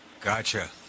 Gotcha